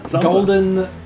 golden